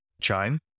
Chime